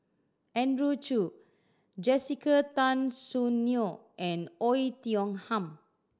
Andrew Chew Jessica Tan Soon Neo and Oei Tiong Ham